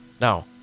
now